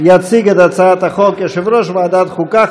יציג את הצעת החוק יושב-ראש ועדת חוקה,